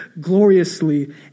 gloriously